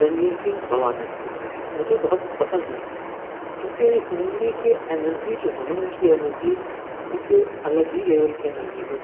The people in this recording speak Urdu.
رنویر سنگھ بھوانی مجھے بہت پسند ہیں کیونکہ ان میں کے انرجی جو ہیں نا ان کی انرجی اک الگ ہی لیول کی انرجی ہے